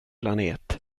planet